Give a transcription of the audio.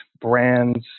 brands